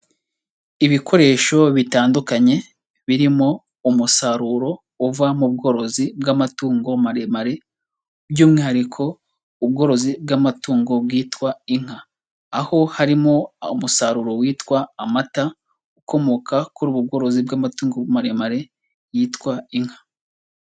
Ibikoresho bitandukanye, birimo umusaruro uva mu bworozi bw'amatungo maremare, by'umwihariko ubworozi bw'amatungo bwitwa inka aho harimo umusaruro witwa amata, ukomoka kuri ubu bworozi bw'amatungo maremare yitwa inka.